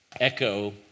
echo